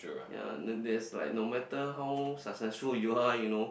yea the there's like no matter how successful you are you know